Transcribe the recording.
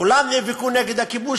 כולם נאבקו נגד הכיבוש,